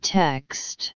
text